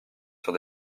sur